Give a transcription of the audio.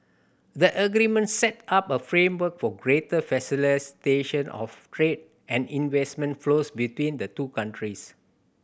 the agreement set up a framework for greater of trade and investment flows between the two countries